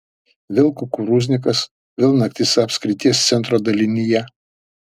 vėl kukurūznikas vėl naktis apskrities centro dalinyje